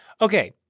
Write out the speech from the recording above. Okay